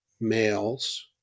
males